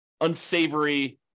unsavory